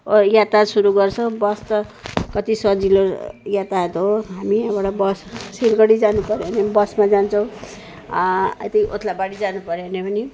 यात्रा सुरु गर्छौँ बस त कति सजिलो यातायात हो हामी यहाँबाट बस सिलगुडी जानुपऱ्यो भने बसमा जान्छौँ यहाँदेखि ओत्लाबाडी जानुपऱ्यो भने